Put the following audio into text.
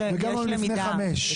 וגם לא לפני שמונה וגם לא לפני חמש.